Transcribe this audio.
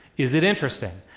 is it interesting?